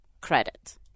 credit